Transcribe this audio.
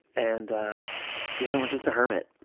and the other one is just a hermit,